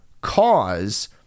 cause